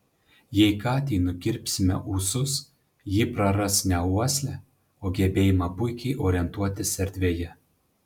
jei katei nukirpsime ūsus ji praras ne uoslę o gebėjimą puikiai orientuotis erdvėje